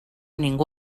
ningú